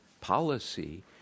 policy